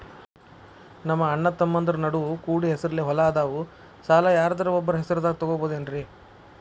ನಮ್ಮಅಣ್ಣತಮ್ಮಂದ್ರ ನಡು ಕೂಡಿ ಹೆಸರಲೆ ಹೊಲಾ ಅದಾವು, ಸಾಲ ಯಾರ್ದರ ಒಬ್ಬರ ಹೆಸರದಾಗ ತಗೋಬೋದೇನ್ರಿ?